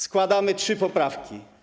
Składamy trzy poprawki.